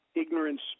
ignorance